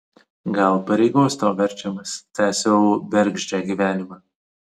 gal pareigos tau verčiamas tęsiau bergždžią gyvenimą